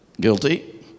Guilty